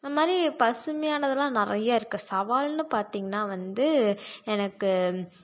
அது மாதிரி பசுமையானதுலாம் நிறையா இருக்குது சாவல்னு பார்த்திகங்னா வந்து எனக்கு